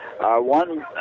one